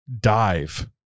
dive